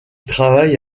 travaille